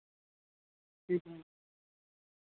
ठीक ऐ मैम